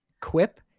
Quip